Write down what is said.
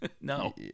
no